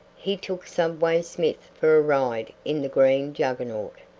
he took subway smith for a ride in the green juggernaut,